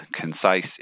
concise